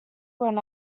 went